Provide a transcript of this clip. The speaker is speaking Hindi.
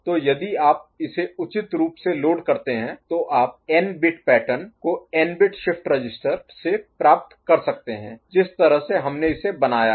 तो यदि आप इसे उचित रूप से लोड करते हैं तो आप n bit पैटर्न को n bit शिफ्ट रजिस्टर से प्राप्त कर सकते हैं जिस तरह से हमने इसे बनाया है